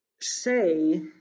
say